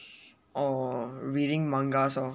or reading mangas lor